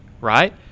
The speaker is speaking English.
right